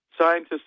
Scientists